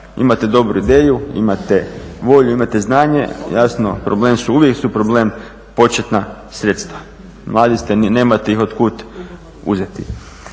Imate dobru ideju, imate volju, imate znanje. Jasno problem su uvijek su problem početna sredstva. Mladi ste, nemate ih od kud uzeti.